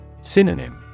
Synonym